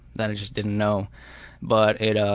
that i just didn't know but and